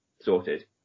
Sorted